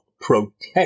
protect